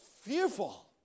fearful